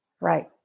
Right